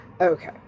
Okay